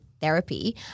therapy –